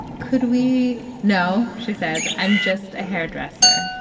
could we no, she says. i'm just a hairdresser.